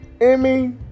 Emmy